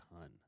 ton